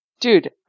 Dude